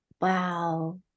Wow